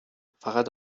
فقط